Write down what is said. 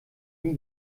nie